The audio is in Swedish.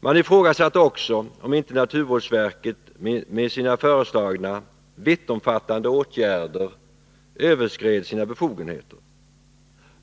Man ifrågasatte också om inte naturvårdsverket med sina föreslagna, vittomfattande åtgärder överskred sina befogenheter.